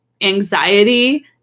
anxiety